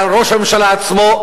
לראש הממשלה עצמו,